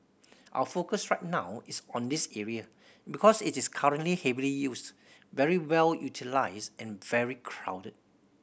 our focus right now is on this area because it is currently heavily used very well utilised and very crowded